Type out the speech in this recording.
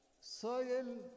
soil